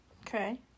Okay